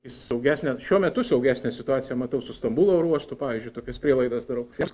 į saugesnę šiuo metu saugesnę situaciją matau su stambulo oro uostu pavyzdžiui tokias prielaidas darau